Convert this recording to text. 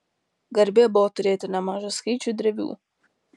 garbė buvo turėti nemažą skaičių drevių